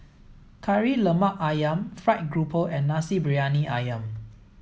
Kari Lemak Ayam fried grouper and Nasi Briyani Ayam